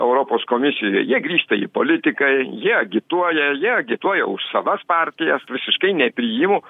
europos komisijoje jie grįžta į politikai jie agituoja jie agituoja už savas partijas visiškai nepriimu